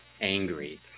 angry